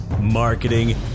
marketing